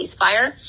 ceasefire